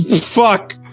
fuck